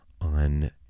on